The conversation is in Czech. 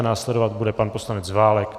Následovat bude pan poslanec Válek.